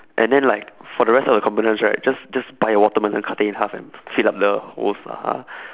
and then like for the rest of the components right just just buy a watermelon cut it in half and then fill up the holes lah ha